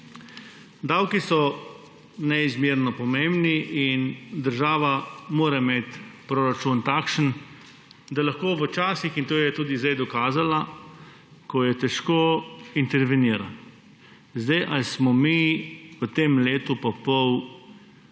Davki so neizmerno pomembni in država mora imeti proračun takšen, da lahko v časih – in to je tudi zdaj dokazala – ko je težko, intervenira. Na to, ali smo mi v tem letu pa pol